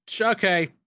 okay